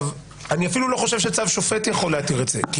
אני אפילו לא חושב שצו שופט יכול להתיר את זה כי